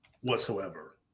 whatsoever